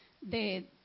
de